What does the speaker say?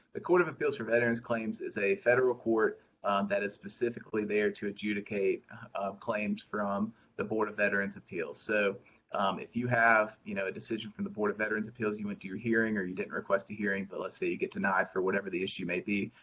the court of appeals for veterans claims is a federal court that is specifically there to adjudicate claims from the board of veterans appeals. so if you have you know a decision from the board of veterans appeals, you went to your hearing or you didn't request a hearing but let's say you get denied for whatever the issue may be,